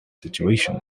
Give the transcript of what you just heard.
situation